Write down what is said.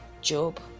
job